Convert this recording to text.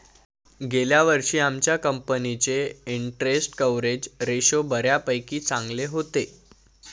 गेल्या वर्षी आमच्या कंपनीचे इंटरस्टेट कव्हरेज रेशो बऱ्यापैकी चांगले होते